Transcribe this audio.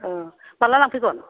ओह माला लांफैगोन